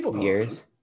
years